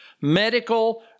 medical